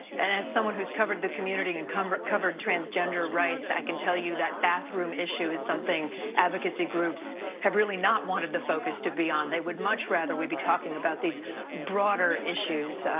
and as someone who's covered the community and covered covered transgender rights, i can tell you that bathroom issue is something advocacy groups have really not wanted the focus to be on. they would much rather we be talking about these broader issues,